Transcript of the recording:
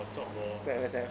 or job war